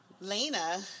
lena